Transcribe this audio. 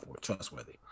trustworthy